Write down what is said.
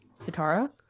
Tatara